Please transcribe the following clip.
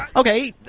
ok,